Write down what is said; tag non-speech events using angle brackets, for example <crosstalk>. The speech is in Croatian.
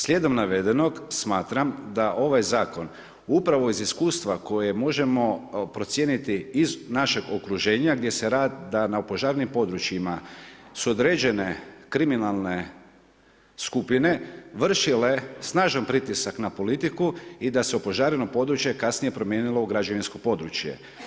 Slijedom navedenog smatram da ovaj zakon upravo iz iskustva koje možemo procijeniti iz našeg okruženja gdje se … <unintelligible> na opožarenim područjima su određene kriminalne skupine vršile snažan pritisak na politiku i da se opožareno područje kasnije promijenilo u građevinsko područje.